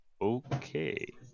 Okay